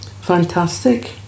fantastic